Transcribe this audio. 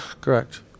correct